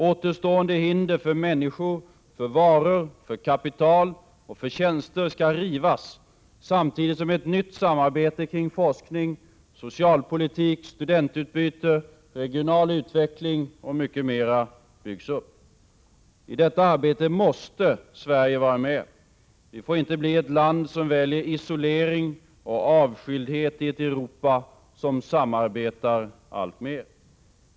Återstående hinder för människor, för varor, för kapital och för tjänster skall rivas samtidigt som ett nytt samarbete kring forskning, socialpolitik, studentutbyte och regional utveckling och mycket mer byggs upp. I detta arbete måste Sverige vara med. Sverige får inte bli ett land som väljer isolering och avskildhet i ett Europa som samarbetar alltmer.